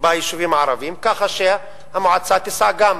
ביישובים הערביים, כך שהמועצה תישא בתשלום גם